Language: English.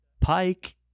Pike